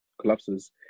collapses